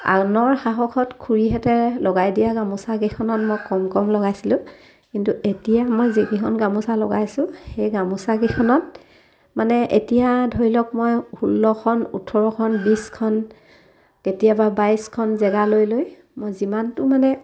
আনৰ সাহসত খুৰীহেঁতে লগাই দিয়া গামোচাকেইখনত মই কম কম লগাইছিলোঁ কিন্তু এতিয়া মই যিকেইখন গামোচা লগাইছোঁ সেই গামোচাকেইখনত মানে এতিয়া ধৰি লওক মই ষোল্লখন ওঠৰখন বিছখন কেতিয়াবা বাইছখন জেগা লৈ লৈ মই যিমানটো মানে